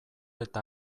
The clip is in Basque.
eta